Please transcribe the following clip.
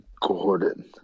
Gordon